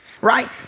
right